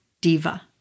diva